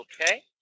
Okay